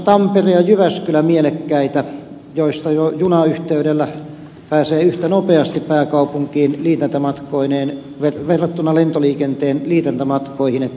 jatkolentojen liitännäisyhteyksinä mielekkäitä ovat muun muassa tampere ja jyväskylä joista jo junayhteydellä pääsee yhtä nopeasti pääkaupunkiin liitäntämatkoineen verrattuna lentoliikenteen liitäntämatkoihin